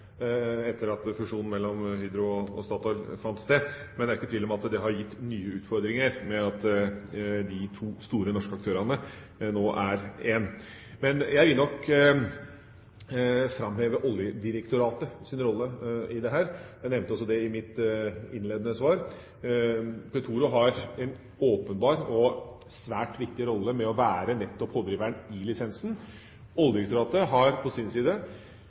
etter at fusjonen mellom Hydro og Statoil fant sted, men det er ikke tvil om at det at de to store norske aktørene nå er én, har gitt nye utfordringer. Men jeg vil nok framheve Oljedirektoratets rolle i dette. Jeg nevnte også det i mitt innledende svar. Petoro har en åpenbar og svært viktig rolle i å være nettopp pådriveren i lisensen. Oljedirektoratet har på sin side